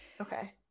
Okay